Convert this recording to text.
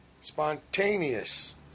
Spontaneous